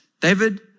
David